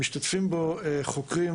משתתפים בו חוקרים